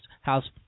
House